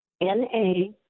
N-A